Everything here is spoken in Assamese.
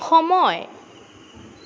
সময়